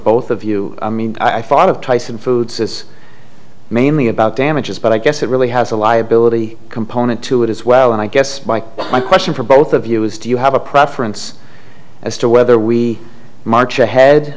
both of you i mean i thought of tyson foods as mainly about damages but i guess it really has a liability component to it as well and i guess my question for both of you is do you have a preference as to whether we march ahead